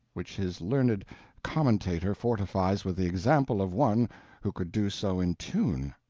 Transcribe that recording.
which his learned commentator fortifies with the example of one who could do so in tune!